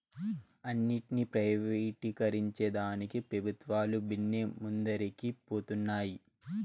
అన్నింటినీ ప్రైవేటీకరించేదానికి పెబుత్వాలు బిన్నే ముందరికి పోతన్నాయి